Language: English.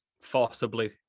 forcibly